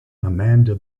amanda